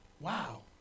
wow